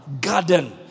garden